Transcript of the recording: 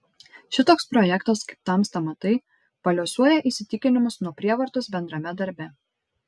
šitoks projektas kaip tamsta matai paliuosuoja įsitikinimus nuo prievartos bendrame darbe